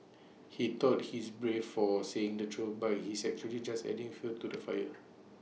he thought he is brave for saying the truth but he is actually just adding fuel to the fire